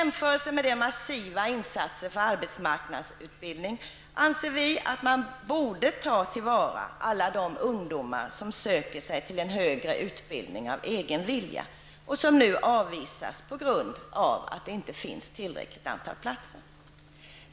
Med tanke på de massiva insatserna för arbetsmarknadsutbildning ansåg vi att man borde ta till vara alla de ungdomar som söker sig till en högre utbildning av egen vilja och som nu avvisas på grund av att det inte finns tillräckligt antal platser.